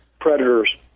predators